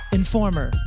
Informer